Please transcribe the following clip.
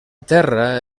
terra